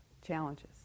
challenges